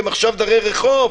ועכשיו הם דרי רחוב.